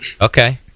Okay